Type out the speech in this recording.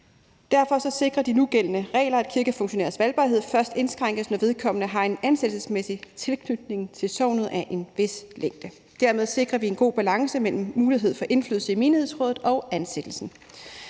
Derfor sikrer de nugældende regler, at kirkefunktionærers valgbarhed først indskrænkes, når vedkommende har en ansættelsesmæssig tilknytning til sognet af en vis længde. Dermed sikrer vi en god balance mellem mulighed for indflydelse i menighedsrådet og ansættelsen,